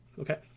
Okay